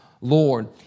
Lord